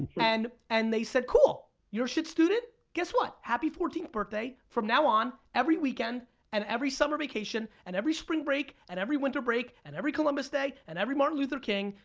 and and they said, cool, you're a shit student. guess what? happy fourteenth birthday. from now on, every weekend and every summer vacation and every spring break and every winter break and every columbus day and every martin luther king,